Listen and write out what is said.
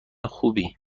خوبی